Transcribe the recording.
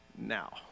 now